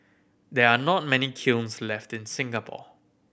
there are not many kilns left in Singapore